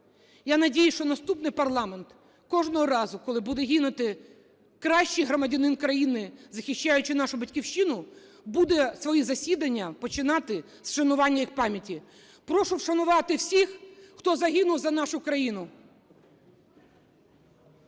Я надіюсь, що наступний парламент кожного разу, коли буде гинути кращий громадянин країни, захищаючи нашу Батьківщину, буде свої засідання починати з вшанування їх пам'яті. Прошу вшанувати всіх, хто загинув за нашу країну.